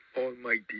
almighty